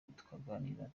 tukaganira